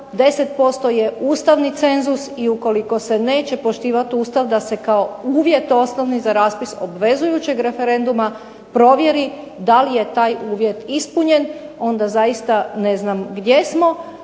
10% je ustavni cenzus, i ukoliko se neće poštivati Ustav da se kao uvjet osnovni za raspis obvezujućeg referenduma provjeri da li je taj uvjet ispunjen, onda zaista ne znam gdje smo.